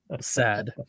sad